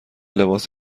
لباس